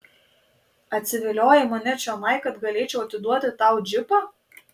atsiviliojai mane čionai kad galėčiau atiduoti tau džipą